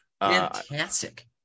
fantastic